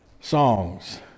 songs